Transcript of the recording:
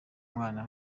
umwana